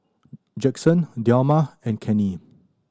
Jackson Delma and Kenney